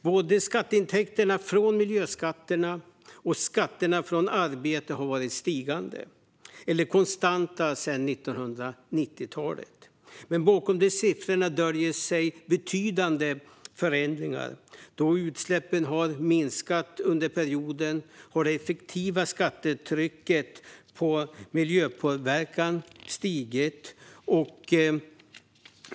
Både intäkterna från miljöskatterna och skatterna på arbete har varit stigande eller konstanta sedan 1990-talet, men bakom dessa siffror döljer sig betydande förändringar. Då utsläppen har minskat under perioden har det effektiva skattetrycket på miljöpåverkan stigit.